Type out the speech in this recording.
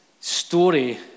story